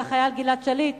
זה החייל גלעד שליט,